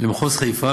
למחוז חיפה,